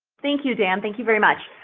thank you, dan. thank you very much.